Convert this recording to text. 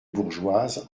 bourgeoise